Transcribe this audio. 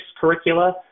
curricula